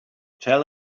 tell